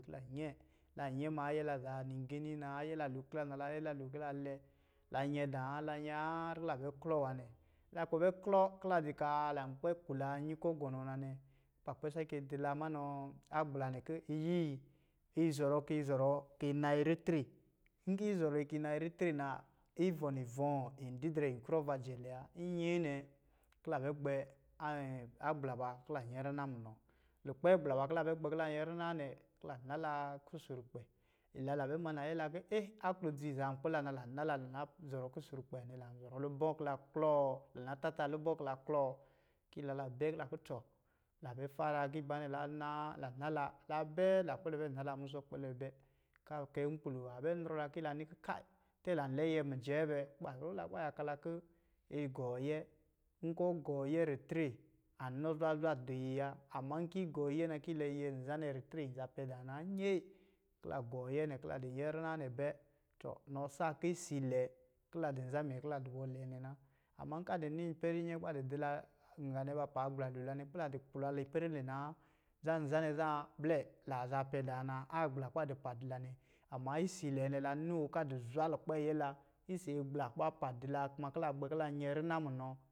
Ki la yɛ, la yɛ ma ayɛ la zan nigini na. Ayɛ la lo ki la nala, ayɛ la lo ki la lɛ. La yɛ dāā, la yɛ harr ki la bɛ klɔ nwa nɛ. La kpɛ bɛ klɔ ki la di kaa la kpɛ bɛ klɔ ki la di kaa lan kpɛ kula nyi kɔ̄ gɔnɔɔ nanɛ, kuba kpɛ sakɛ di la ma nɔɔ agbla nɛ, ki iyi izɔrɔ ki zɔrɔ ki nayi ritre. Nki yi zɔrɔɔ yi ki yi nayi ritre na, ivɔ̄ nivɔ̄ɔ̄, ididre yin krɔɔva jɛlɛ wa. Nyɛɛ nɛ, kila bɛ gbɛ agbla bar kila nyɛrina munɔ. Lukpɛ agbla ba ki la bɛ gbɛ kila nyɛrina nɛ, kila nalaa kusurkpɛ. Ila la bɛ ma nayɛ la ki eɛ, aklodzi zan kpi la na, lan na la, lan na zɔrɔ kusurkpɛ wa nɛ lan zɔrɔ lubɔ ki la klɔɔ. Lan na tata lubɔ kila klɔɔ ki ila la bɛɛ ki la ki tɔ, ta bɛ fara agiibaanɛ, la naa, lan nala, la bɛɛ, la kpɛlɛ bɛ nala muzhɔ̄ kpɛlɛ bɛ. Ka kɛnkpi lo, a bɛ nrɔ la, ki la ni ki kai, tɛ lan lɛyɛ mijɛɛ bɛ. Kuba rɔ la kuba yaka la kɔ̄ yi gɔɔyɛ. Nkɔ̄ gɔɔyɛ ritre, anɔ zwazwa di yi wa. Amma, ki yi gɔɔyɛ na, ki yi nɛ yɛ nzanɛ. ritre yi za pɛ daa naa. Nyɛɛ, kila gɔɔyɛ nɛ, kila di nyɛrina nɛ bɛ, tɔ nɔ saa ki isiilɛ, kila din nza minyɛ kila du bɔ lɛ nɛ na. Amma nka di ni ipɛrɛ nyɛɛ kuba di la, n ganɛ, ba pa agbla loo la nɛ, kila di kuki na ipɛrɛ nɛ naa, zan nza nɛ zan bl la zaa pɛdaa na agbla kuba di pa di la nɛ. Amma isiilɛ nɛ, la noo ka du zwa lukpɛɛla isi gbla kuba pa di la kuma kila gbɛ ki la nyɛrina munɔ.